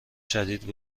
شدید